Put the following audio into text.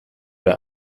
der